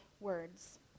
words